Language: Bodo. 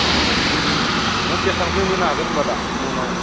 अ नों बेसेबांसो होनो हागोन होमबा दा मनाव